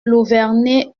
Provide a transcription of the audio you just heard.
louverné